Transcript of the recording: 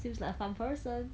seems like a fun person